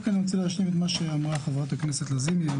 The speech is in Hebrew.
אני רוצה להשלים את מה שאמרה חברת הכנסת לזימי.